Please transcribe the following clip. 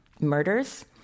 murders